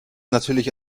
natürlich